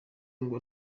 ngo